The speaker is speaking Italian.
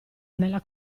nella